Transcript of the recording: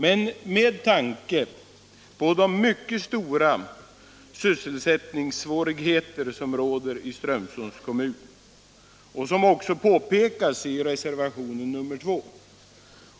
Men med tanke på de mycket stora sysselsättningssvårigheter som råder i Strömsunds kommun, vilka också påpekas i reservationen 2,